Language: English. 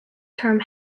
term